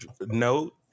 Note